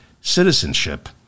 citizenship